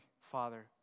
Father